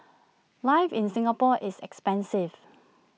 life in Singapore is expensive